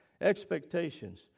expectations